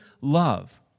love